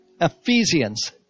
Ephesians